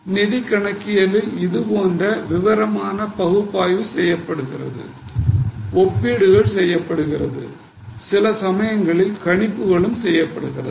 நிதிக் கணக்கியலில் உள்ள விவரமான பகுப்பாய்வு செய்யப்படுகிறது ஒப்பீடுகள் செய்யப்படுகின்றன சில சமயங்களில் கணிப்புகளும் செய்யப்படுகின்றன